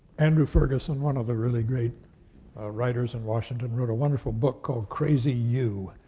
andrew ferguson, one of the really great writers in washington, wrote a wonderful book called crazy u,